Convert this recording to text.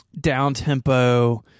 down-tempo